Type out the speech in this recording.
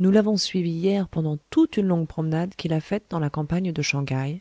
nous l'avons suivi hier pendant toute une longue promenade qu'il a faite dans la campagne de shanghaï